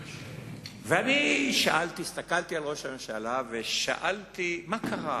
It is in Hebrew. ואני הסתכלתי על ראש הממשלה, ושאלתי: מה קרה?